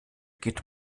geht